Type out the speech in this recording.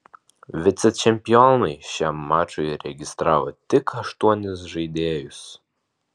vicečempionai šiam mačui registravo tik aštuonis žaidėjus